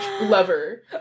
lover